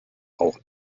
auch